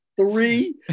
Three